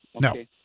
No